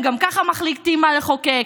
גם ככה הם מחליטים מה לחוקק.